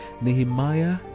Nehemiah